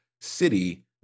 City